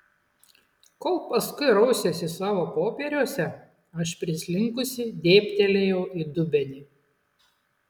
kol paskui rausėsi savo popieriuose aš prislinkusi dėbtelėjau į dubenį